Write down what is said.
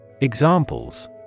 Examples